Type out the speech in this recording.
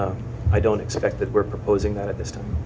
i don't expect that we're proposing that at this time